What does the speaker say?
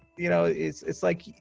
you know, it's it's like,